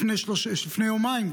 לפני יומיים.